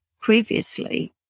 previously